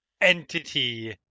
entity